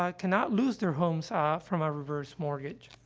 ah cannot lose their homes, ah, from a reverse mortgage.